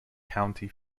county